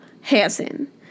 Hansen